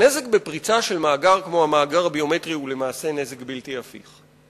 הנזק בפריצה של מאגר כמו המאגר הביומטרי הוא למעשה נזק בלתי הפיך.